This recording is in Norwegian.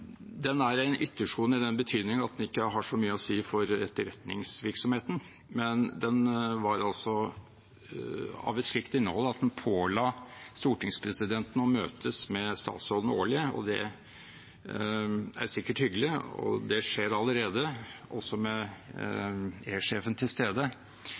Den er en yttersone i den betydning at den ikke har så mye å si for etterretningsvirksomheten, men den var av et slikt innhold at den påla stortingspresidenten å møtes med statsråden årlig. Det er sikkert hyggelig, og det skjer allerede, også med